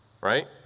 Right